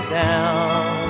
down